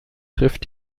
trifft